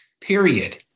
period